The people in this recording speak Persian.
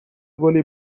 گلی